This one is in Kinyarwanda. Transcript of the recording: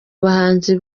bahanzi